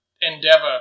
endeavor